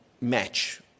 match